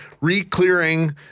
re-clearing